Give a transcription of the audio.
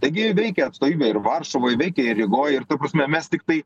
taigi veikia atstovybė ir varšuvoj veikia ir rygoj ir ta prasme mes tiktai